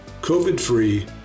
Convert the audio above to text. COVID-free